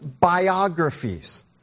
biographies